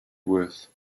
worth